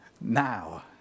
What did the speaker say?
now